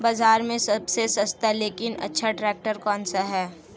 बाज़ार में सबसे सस्ता लेकिन अच्छा ट्रैक्टर कौनसा है?